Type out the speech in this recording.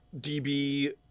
dB